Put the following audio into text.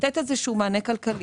לתת איזה שהוא מענה כלכלי,